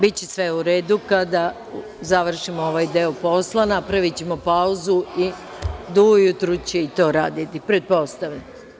Biće sve u redu kada završimo ovaj deo posla, napravićemo pauzu i do ujutru će i to raditi pretpostavljam.